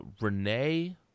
Renee